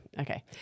Okay